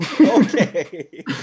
Okay